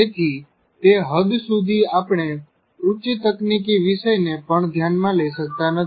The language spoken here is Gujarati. તેથી તે હદ સુધી આપણે ઉચ્ચ તકનિકી વિષયને પણ ધ્યાનમાં લઈ શકતા નથી